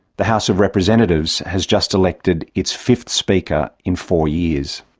the house of representatives has just elected its fifth speaker in four years.